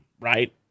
right